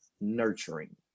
nurturing